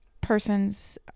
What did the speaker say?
persons